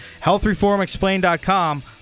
healthreformexplained.com